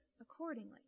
accordingly